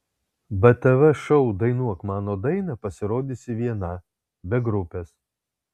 btv šou dainuok mano dainą pasirodysi viena be grupės